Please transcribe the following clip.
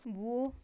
وُہ